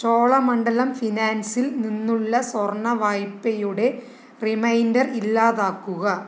ചോളമണ്ഡലം ഫിനാൻസിൽ നിന്നുള്ള സ്വർണ്ണ വായ്പയുടെ റിമൈൻഡർ ഇല്ലാതാക്കുക